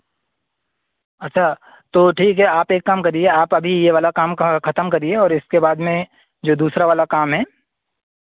अच्छा तो ठीक है आप एक काम करिए आप अभी यह वाला काम ख ख़त्म करिए और इसके बाद में जो दूसरा वाला काम है